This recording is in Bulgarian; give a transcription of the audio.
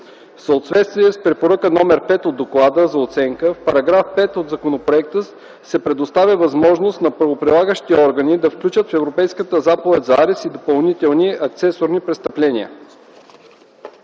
съответствие с препоръка № 5 от Доклада за оценка, в § 5 от законопроекта се предоставя възможност на правоприлагащите органи да включват в Европейската заповед за арест и допълнителни (акцесорни) престъпления.